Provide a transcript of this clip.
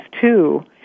two